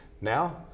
Now